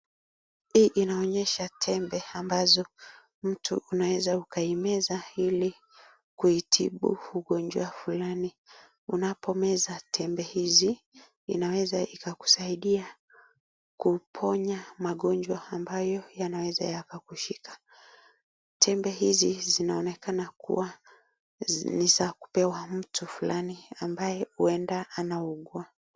Hii inaonyesha tembe ambazo mtu unaweza ukaimeza ili kuitibu ugonjwa flani, unapomeza tembe hizi inaweza ikakusaidia kuponya magonjwa ambayo yanaweza yakakushika, tembe hizi zinaonekana kuwa ni za kupewa mtu flani ambaye huenda anaugua.